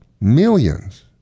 millions